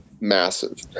massive